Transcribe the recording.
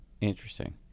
Interesting